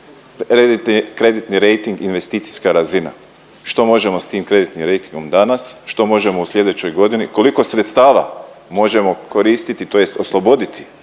Kreditni rejting, investicijska razina. Što možemo s tim kreditnim rejtingom danas? Što možemo u sljedećoj godini, koliko sredstava možemo koristiti tj. osloboditi